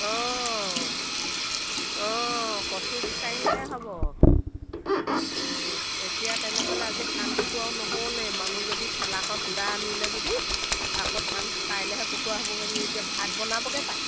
অঁ অঁ কচু বিচাৰিলেহে হ'ব এতিয়া তেনেহ'লে আজি ধান কুটুৱাও নহ'লেই মানুহ যদি ঠেলাখন সুন্দা আনিলে যদি আকৌ ধান কাইলেহে কুটুৱা হ'বগৈ নি এতিয়া ভাত বনাবগৈ পায়